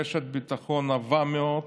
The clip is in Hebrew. רשת ביטחון עבה מאוד,